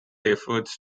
efforts